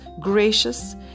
gracious